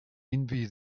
envy